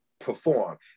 perform